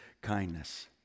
kindness